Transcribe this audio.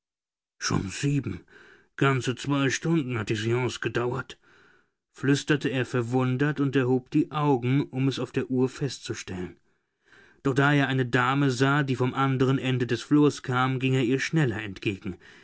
schon sieben ganze zwei stunden hat die seance gedauert flüsterte er verwundert und erhob die augen um es auf der uhr festzustellen doch da er eine dame sah die vom anderen ende des flurs kam ging er ihr schneller entgegen